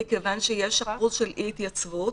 מכיוון שיש אחוז של אי-התייצבות,